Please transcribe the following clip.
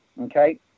Okay